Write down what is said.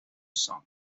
songs